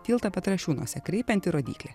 tiltą petrašiūnuose kreipianti rodyklė